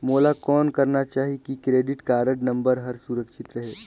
मोला कौन करना चाही की क्रेडिट कारड नम्बर हर सुरक्षित रहे?